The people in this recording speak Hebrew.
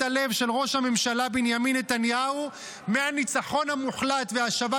הלב של ראש הממשלה בנימין נתניהו מהניצחון המוחלט והשבת